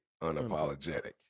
unapologetic